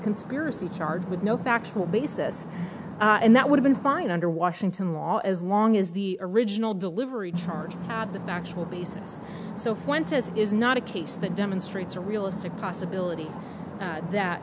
conspiracy charge with no factual basis and that would have been fine under washington law as long as the original delivery charge had the factual basis so when tis is not a case that demonstrates a realistic possibility that